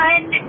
One